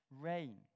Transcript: rain